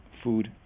food